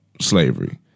slavery